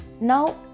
Now